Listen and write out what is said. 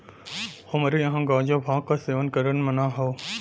हमरे यहां गांजा भांग क सेवन करना मना हौ